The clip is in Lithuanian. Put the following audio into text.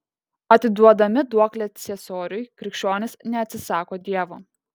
atiduodami duoklę ciesoriui krikščionys neatsisako dievo